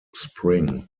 spring